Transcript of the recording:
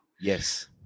Yes